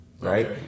right